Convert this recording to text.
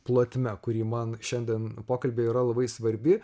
plotme kurį man šiandien pokalbiai yra labai svarbi